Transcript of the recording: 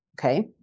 Okay